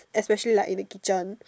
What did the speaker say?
especially like in the kitchen